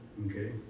Okay